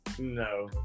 No